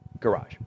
garage